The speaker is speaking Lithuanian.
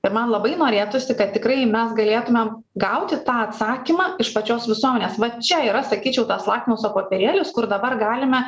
ir man labai norėtųsi kad tikrai mes galėtumėm gauti tą atsakymą iš pačios visuomenės va čia yra sakyčiau tas lakmuso popierėlis kur dabar galime